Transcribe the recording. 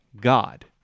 God